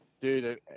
dude